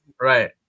Right